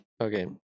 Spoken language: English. okay